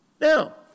Now